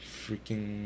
...freaking